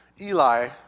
Eli